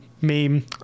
meme